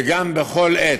בכל עת,